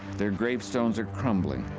their gravestones are crumbling.